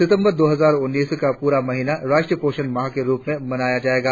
सितंबर दो हजार उन्नीस का पूरा महीना राष्ट्रीय पोषण माह के रुप में मनाया जाएगा